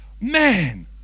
Man